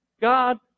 God